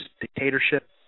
dictatorship